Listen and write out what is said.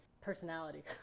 personality